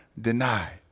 deny